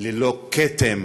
ללא כתם